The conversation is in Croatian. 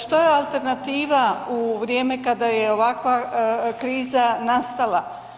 Šta je alternativa u vrijeme kada je ovakva kriza nastala?